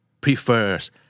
prefers